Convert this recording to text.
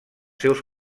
seus